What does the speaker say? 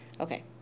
Okay